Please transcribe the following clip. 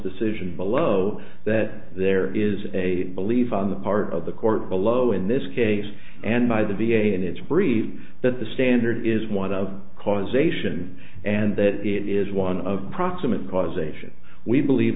decision below that there is a belief on the part of the court below in this case and by the v a and its brief that the standard is one of causation and that it is one of the proximate cause ation we believe